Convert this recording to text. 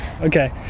okay